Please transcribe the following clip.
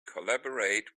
collaborate